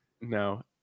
No